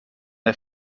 der